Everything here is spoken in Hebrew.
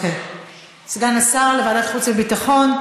לוועדת החוץ והביטחון,